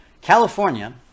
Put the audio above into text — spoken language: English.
california